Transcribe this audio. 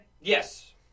Yes